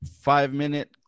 five-minute